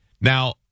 Now